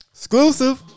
Exclusive